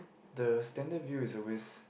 the standard view is always